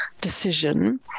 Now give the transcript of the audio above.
Decision